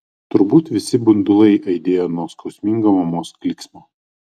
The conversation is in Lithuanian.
turbūt visi bundulai aidėjo nuo skausmingo mamos klyksmo